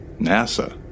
NASA